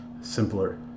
simpler